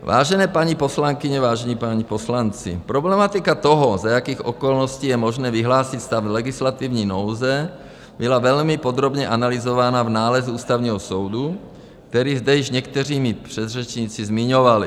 Vážené paní poslankyně, vážení páni poslanci, problematika toho, za jakých okolností je možné vyhlásit stav legislativní nouze, byla velmi podrobně analyzována v nálezu Ústavního soudu, který zde již někteří mí předřečníci zmiňovali.